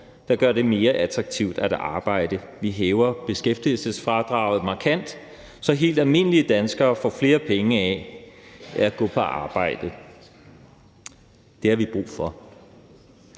der gør det mere attraktivt at arbejde. Vi hæver beskæftigelsesfradraget markant, så helt almindelige danskere får flere penge for at gå på arbejde. Det har vi brug for.